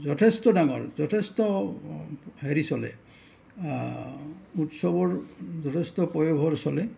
যথেষ্ট ডাঙৰ হ'ল যথেষ্ট হেৰি চলে উৎসৱৰ যথেষ্ট পয়োভৰ চলে